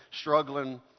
struggling